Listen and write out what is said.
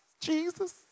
Jesus